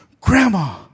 grandma